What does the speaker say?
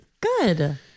Good